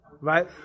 right